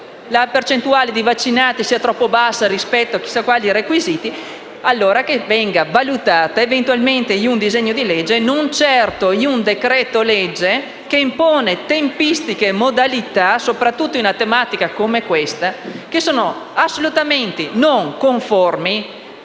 la percentuale di vaccinati è troppo bassa rispetto a chissà quali requisiti, allora che venga valutato in un disegno di legge e non certo in un decreto-legge che impone tempistiche e modalità, soprattutto su una tematica come questa, assolutamente non conformi